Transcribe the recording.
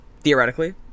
Theoretically